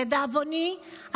לדאבוני,